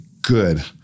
Good